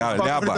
להבא?